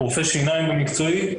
רופא שיניים במקצועי.